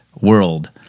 world